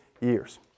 years